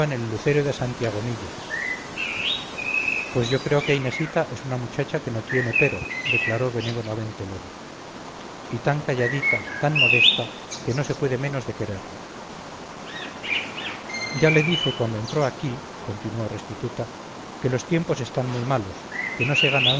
lucero de santiagomillas pues yo creo que inesita es una muchacha que no tiene pero declaró benévolamente lobo y tancalladita tan modesta que no se puede menos de quererla ya le dije cuando entró aquí continuó restituta que los tiempos están muy malos que no se gana